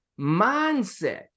mindset